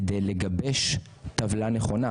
כדי לגבש טבלה נכונה,